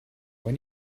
when